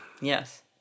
Yes